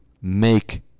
make